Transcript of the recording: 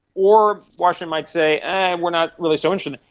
or washington might say we're not really so interested.